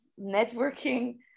networking